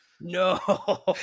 No